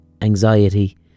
Anxiety